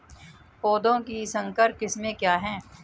पौधों की संकर किस्में क्या हैं?